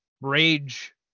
rage